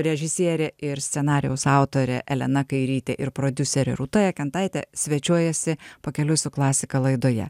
režisierė ir scenarijaus autorė elena kairytė ir prodiuserė rūta jekentaitė svečiuojasi pakeliui su klasika laidoje